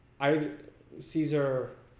ai caeser